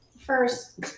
first